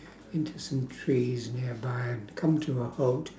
into some trees nearby and come to a halt